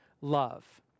love